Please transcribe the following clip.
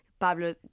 pablo